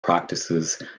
practices